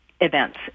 events